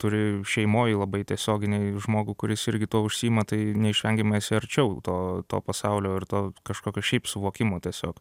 turi šeimoj labai tiesioginį žmogų kuris irgi tuo užsiima tai neišvengiamai esi arčiau to to pasaulio ir to kažkokio šiaip suvokimo tiesiog